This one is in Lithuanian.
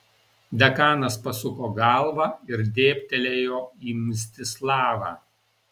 dekanas pasuko galvą ir dėbtelėjo į mstislavą